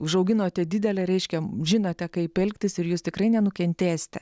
užauginote didelę reiškia žinote kaip elgtis ir jūs tikrai nenukentėsite